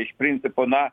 iš principo na